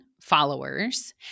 followers